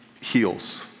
heals